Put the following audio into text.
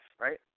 right